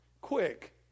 quick